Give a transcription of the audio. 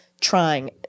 trying